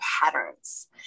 patterns